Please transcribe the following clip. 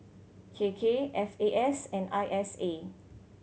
K K F A S and I S A